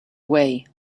way